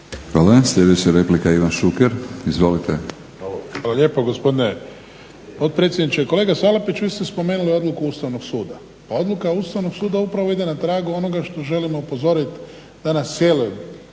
Hvala. Sljedeća replika Ivan Šuker, izvolite. **Šuker, Ivan (HDZ)** Hvala lijepo gospodine potpredsjedniče. Kolega Salapić, vi ste spomenuli odluku Ustavnog suda. Pa odluka Ustavnog suda upravo ide na tragu onoga što želimo upozoriti danas cijelo